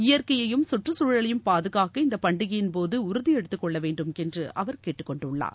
இயற்கையையும் கற்றுச்தழலையும் பாதுகாக்க இந்த பண்டிகையின்போது உறுதி எடுத்துக் கொள்ள வேண்டும் என்று அவர் கேட்டுக் கொண்டுள்ளார்